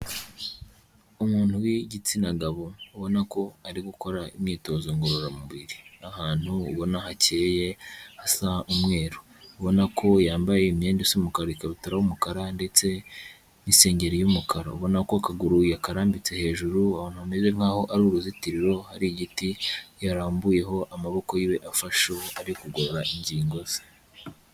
Umuntu w'igitsina gabo ubona ko ari gukora imyitozo ngororamubiri. Ahantu ubona hakeye hasa umweru. Ubona ko yambaye imyenda isa umukara, ikabutura y'umukara ndetse n'isengeri y'umukara. Ubona ko akaguru yakararambitse hejuru ahantu hameze nk'aho ari uruzitiro, hari igiti yarambuyeho amaboko yiwe afasheho ari kugorora ingingo ze.